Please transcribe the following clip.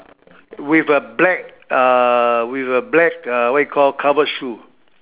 with a black uh with a black uh what you call covered shoe